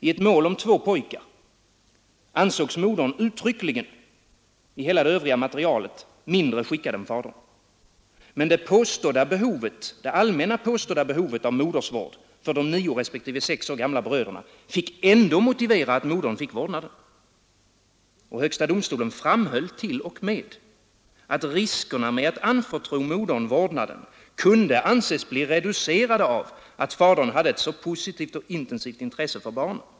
I ett mål om två pojkar ansågs modern uttryckligen enligt hela det övriga materialet mindre skickad än fadern. Men det allmänt påstådda behovet av modersvård för de nio respektive sex år gamla bröderna fick ändå motivera att modern anförtroddes vårdnaden. Högsta domstolen framhöll t.o.m. att riskerna med att anförtro modern vårdnaden kunde anses bli reducerade av att fadern hade ett så positivt och intensivt intresse för barnen.